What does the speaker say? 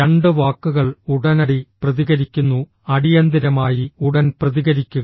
രണ്ട് വാക്കുകൾ ഉടനടി പ്രതികരിക്കുന്നു അടിയന്തിരമായി ഉടൻ പ്രതികരിക്കുക